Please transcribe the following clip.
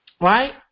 right